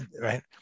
Right